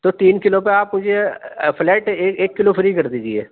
تو تین کلو پہ آپ مجھے آ فلیٹ ایک کلو فری کر دیجئے